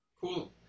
cool